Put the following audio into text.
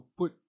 put